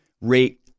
rate